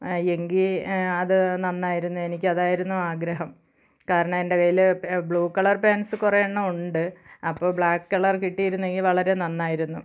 എങ്കിൽ അത് നന്നായിരുന്നു എനിക്ക് അതായിരുന്നു ആഗ്രഹം കാരണം എന്റെ കൈയിൽ ബ്ലൂ കളര് പാന്സ് കുറേ എണ്ണം ഉണ്ട് അപ്പോൾ ബ്ലാക്ക് കളർ കിട്ടിയിരുന്നെങ്കിൽ വളരെ നന്നായിരുന്നു